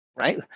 right